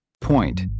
Point